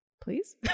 Please